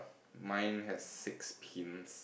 mine has six pins